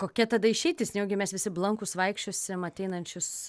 kokia tada išeitis nejaugi mes visi blankūs vaikščiosim ateinančius